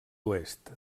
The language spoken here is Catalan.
oest